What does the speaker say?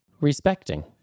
respecting